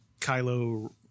Kylo